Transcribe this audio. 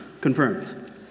confirmed